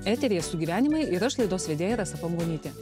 eteryje sugyvenimai ir aš laidos vedėja rasa pangonytė